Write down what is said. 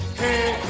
hey